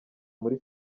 muri